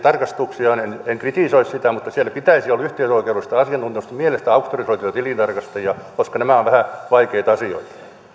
tarkastuksia en en kritisoi sitä siellä pitäisi olla yhtiöoikeudellista asiantuntemusta ja mielestäni auktorisoituja tilintarkastajia koska nämä ovat vähän vaikeita asioita